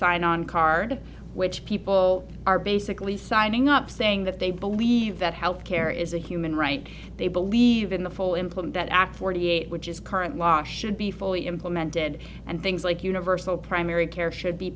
sign on card which people are basically signing up saying that they believe that health care is a human right they believe in the full employment act forty eight which is current law should be fully implemented and things like universal primary care should be